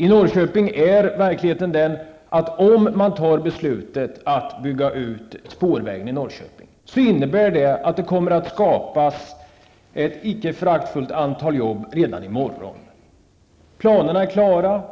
I Norrköping är verkligheten den att om man beslutar att bygga ut spårvägen, innebär det att ett icke föraktfullt antal jobb kommer att skapas i Norrköping redan i morgon. Planerna är klara,